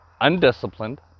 undisciplined